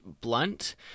blunt